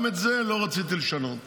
גם את זה לא רציתי לשנות.